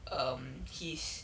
um his